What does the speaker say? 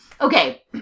Okay